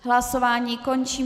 Hlasování končím.